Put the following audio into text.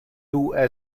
two